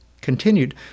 continued